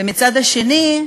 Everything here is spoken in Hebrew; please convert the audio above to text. ומצד שני,